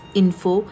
info